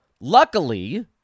Luckily